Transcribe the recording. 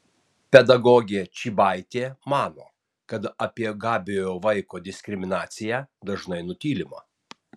pedagogė čybaitė mano kad apie gabiojo vaiko diskriminaciją dažnai nutylima